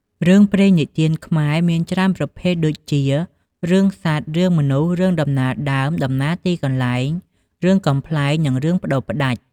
រឿងព្រេងនិទានខ្មែរមានច្រើនប្រភេទដូចជា រឿងសត្វ រឿងមនុស្ស រឿងដំណាលដើម តំណាលទីកន្លែង រឿងកំប្លែង និងរឿងប្ដូរផ្ដាច់។